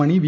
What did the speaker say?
മണി V